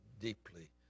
deeply